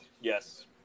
Yes